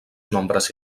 nombres